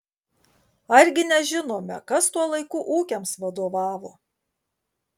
argi nežinome kas tuo laiku ūkiams vadovavo